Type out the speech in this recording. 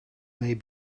may